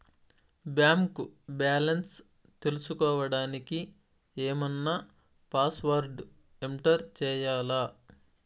Bank balance తెలుసుకోవడానికి ఏమన్నా password enter చేయాలా?